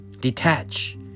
detach